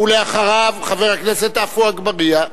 ואחריו, חבר הכנסת עפו אגבאריה.